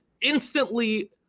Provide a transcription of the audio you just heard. instantly